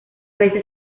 veces